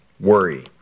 worry